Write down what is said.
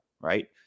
right